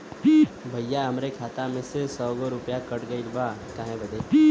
भईया हमरे खाता मे से सौ गो रूपया कट गइल बा काहे बदे?